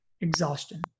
exhaustion